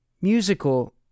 musical